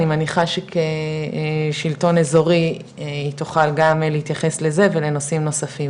אני מניחה שכשלטון אזורי היא תוכל גם להתייחס לזה ולנושאים נוספים,